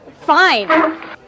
fine